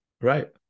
right